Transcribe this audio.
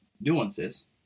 Nuances